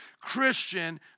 Christian